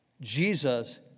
Jesus